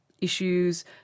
issues